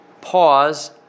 pause